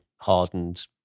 hardened